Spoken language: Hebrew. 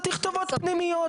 זה תכתובות פנימיות.